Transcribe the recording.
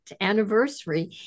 anniversary